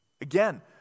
Again